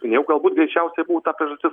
minėjau galbūt greičiausiai buvo ta priežastis